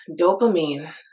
Dopamine